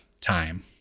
time